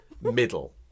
middle